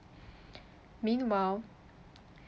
meanwhile